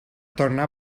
tornar